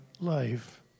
life